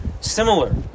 similar